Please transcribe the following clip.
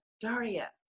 Daria